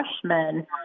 freshmen